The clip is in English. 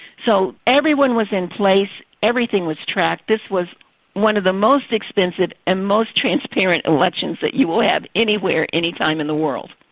so everyone was in place, everything was tracked. this was one of the most expensive and most transparent elections that you will have anywhere, any time in the world.